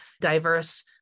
diverse